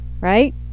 right